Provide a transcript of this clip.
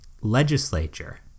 legislature